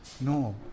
No